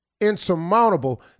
insurmountable